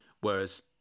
Whereas